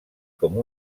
com